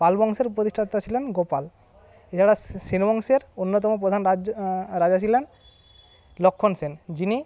পাল বংশের প্রতিষ্ঠাতা ছিলেন গোপাল এছাড়া সেন বংশের অন্যতম প্রধান রাজ্য রাজা ছিলেন লক্ষণ সেন যিনি